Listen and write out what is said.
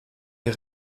est